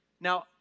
Now